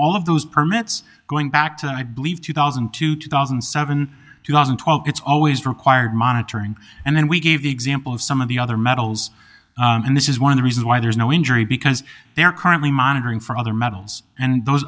all of those permits going back to i believe two thousand and two two thousand and seven two thousand and twelve it's always required monitoring and then we gave the example of some of the other metals and this is one of the reasons why there's no injury because they're currently monitoring for other metals and those